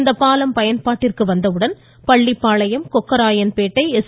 இந்த பாலம் பயன்பாட்டிற்கு வந்தவுடன் பள்ளிப்பாளையம் கொக்கராயன்பேட்டை எஸ்